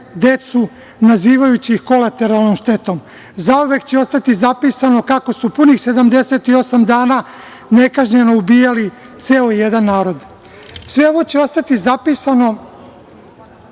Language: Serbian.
decu, nazivajući ih kolateralnom štetom. Zauvek će ostati zapisano kako su punih 78 dana nekažnjeno ubijali ceo jedan narod. Sve ovo će ostati zapisano,